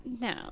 No